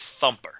thumper